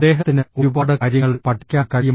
അദ്ദേഹത്തിന് ഒരുപാട് കാര്യങ്ങൾ പഠിക്കാൻ കഴിയും